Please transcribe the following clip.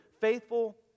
Faithful